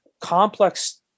complex